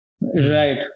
Right